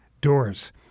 doors